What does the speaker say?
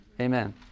Amen